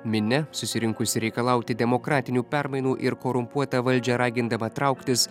minia susirinkusi reikalauti demokratinių permainų ir korumpuotą valdžią ragindama trauktis